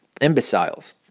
imbeciles